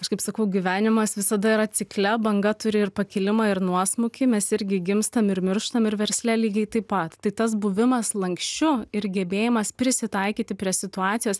aš kaip sakau gyvenimas visada yra cikle banga turi ir pakilimą ir nuosmukį mes irgi gimstam ir mirštam ir versle lygiai taip pat tai tas buvimas lanksčiu ir gebėjimas prisitaikyti prie situacijos